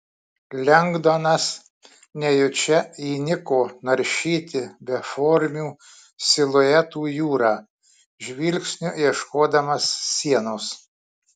lengdonas nejučia įniko naršyti beformių siluetų jūrą žvilgsniu ieškodamas sienos